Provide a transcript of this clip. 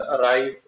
arrive